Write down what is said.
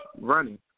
running